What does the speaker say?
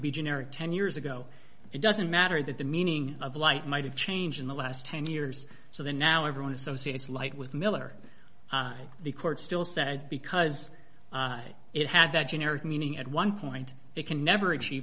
be generic ten years ago it doesn't matter that the meaning of light might have changed in the last ten years so the now everyone associates light with miller the court still said because it had that generic meaning at one point it can never achieve